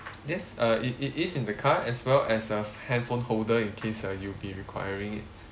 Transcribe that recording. yes uh it it is in the car as well as a handphone holder in case uh you'll be requiring it